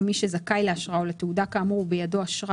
או מי שזכאי לאשרה או לתעודה כאמור ובידו אשרה